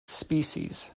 species